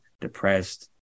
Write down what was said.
depressed